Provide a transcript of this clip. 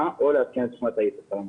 או לעדכן את תוכנת ה- E-testעל המחשב.